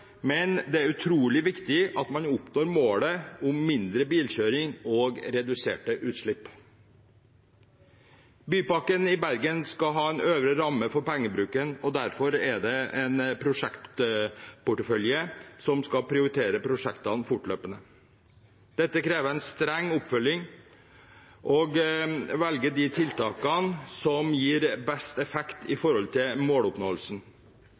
men det er utrolig viktig at man oppnår målet om mindre bilkjøring og reduserte utslipp. Bypakken i Bergen skal ha en øvre ramme for pengebruken, og derfor er det en prosjektportefølje som skal prioritere prosjektene fortløpende. Det krever streng oppfølging å velge de tiltakene som gir best effekt i forhold til måloppnåelsen.